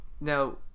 Now